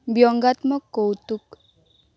ব্যংগাত্মক কৌতুক